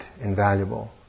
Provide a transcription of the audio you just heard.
invaluable